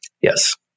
Yes